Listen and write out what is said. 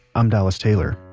i'm dallas taylor